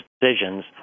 decisions